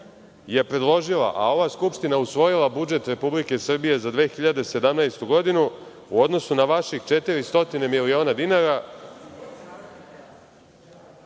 je predložila, a ova Skupština usvojila budžet Republike Srbije za 2017. godinu, u odnosu na vaših 400 miliona dinara,